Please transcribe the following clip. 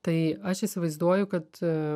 tai aš įsivaizduoju kad